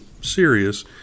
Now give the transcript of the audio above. serious